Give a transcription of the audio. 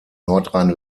nordrhein